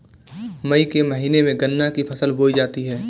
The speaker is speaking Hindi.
मई के महीने में गन्ना की फसल बोई जाती है